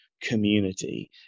community